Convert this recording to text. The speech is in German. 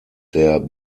der